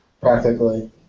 practically